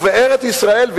וארץ-ישראל,